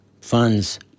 funds